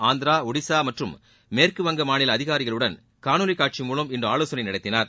ஆந்திரா ஒடிஸா மற்றம் மேற்குவங்க மாநில அதிகாரிகளுடன் காணொலி காட்சி மூலம் இன்று ஆலோசனை நடத்தினார்